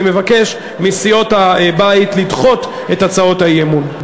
אני מבקש מסיעות הבית לדחות את הצעות האי-אמון.